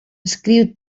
escriu